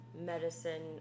Medicine